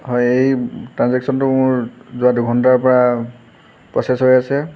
হয় এই ট্ৰানজেক্সনটো মোৰ যোৱা দুঘণ্টাৰ পৰা প্ৰচেছ হৈ আছে